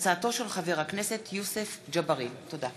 תודה.